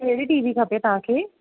कहिड़ी T V खपे तव्हांखे